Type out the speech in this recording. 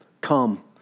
come